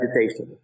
meditation